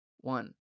one